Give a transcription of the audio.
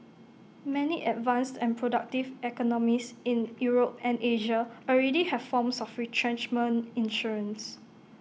many advanced and productive economies in Europe and Asia already have forms of retrenchment insurance